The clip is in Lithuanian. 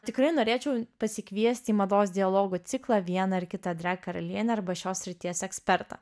tikrai norėčiau pasikviesti į mados dialogų ciklą vieną ar kitą drag karalienę arba šios srities ekspertą